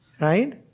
Right